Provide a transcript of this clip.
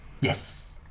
Yes